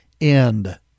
end